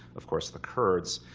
of course, the kurds.